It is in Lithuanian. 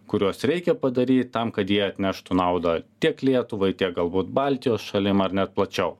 kurios reikia padaryt tam kad jie atneštų naudą tiek lietuvai tiek galbūt baltijos šalim ar net plačiau